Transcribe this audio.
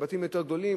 בבתים יותר גדולים,